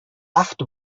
acht